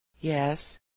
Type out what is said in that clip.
Yes